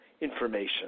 Information